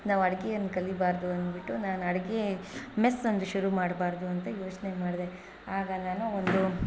ನಾವು ಅಡಿಗೆಯನ್ನು ಕಲಿಬಾರದು ಅನ್ಬಿಟ್ಟು ನಾನು ಅಡಿಗೆ ಮೇಸ್ಸೊಂದು ಶುರು ಮಾಡಬಾರ್ದು ಅಂತ ಯೋಚನೆ ಮಾಡಿದೆ ಆಗ ನಾನು ಒಂದು